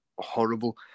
Horrible